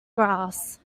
grass